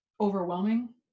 overwhelming